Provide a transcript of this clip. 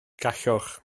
gallwch